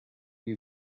you